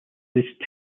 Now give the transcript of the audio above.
released